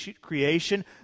creation